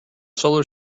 solar